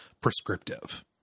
prescriptive